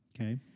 Okay